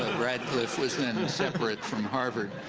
ah radcliffe was then separate from harvard.